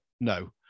No